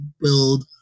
build